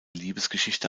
liebesgeschichte